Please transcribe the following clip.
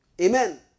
Amen